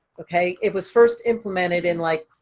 okay, it was first implemented in like,